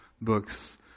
books